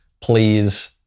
please